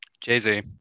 Jay-Z